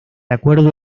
acuerdo